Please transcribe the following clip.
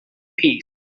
peace